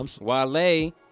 Wale